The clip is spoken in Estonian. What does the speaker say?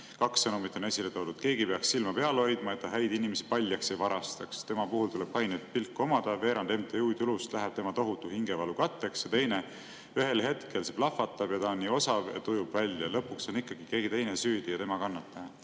Kaks sõnumit on esile toodud: "Keegi peaks silma peal hoidma, et ta häid inimesi paljaks ei varastaks. Tema puhul tuleb kainet pilku omada. Veerand MTÜ tulust läheb tema "tohutu hingevalu" katteks." Ja teine: "Ühel hetkel see plahvatab ja ta on nii osav, et ujub välja. Lõpuks on ikka keegi teine süüdi ja tema kannataja."Nüüd